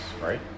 right